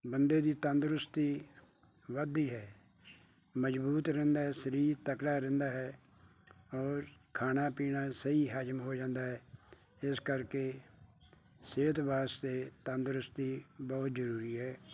ਬੰਦੇ ਦੀ ਤੰਦਰੁਸਤੀ ਵੱਧਦੀ ਹੈ ਮਜ਼ਬੂਤ ਰਹਿੰਦਾ ਹੈ ਸਰੀਰ ਤਕੜਾ ਰਹਿੰਦਾ ਹੈ ਔਰ ਖਾਣਾ ਪੀਣਾ ਸਹੀ ਹਜ਼ਮ ਹੋ ਜਾਂਦਾ ਹੈ ਇਸ ਕਰਕੇ ਸਿਹਤ ਵਾਸਤੇ ਤੰਦਰੁਸਤੀ ਬਹੁਤ ਜ਼ਰੂਰੀ ਹੈ